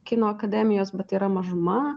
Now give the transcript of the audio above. kino akademijos bet tai yra mažuma